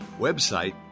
Website